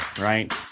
right